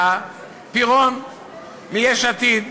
היה פירון מיש עתיד,